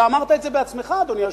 אתה אמרת את זה בעצמך, אדוני היושב-ראש.